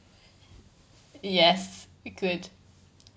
yes good